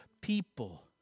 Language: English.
people